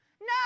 No